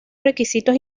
requisitos